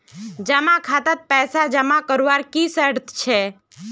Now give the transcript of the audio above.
जमा खातात पैसा जमा करवार की शर्त छे?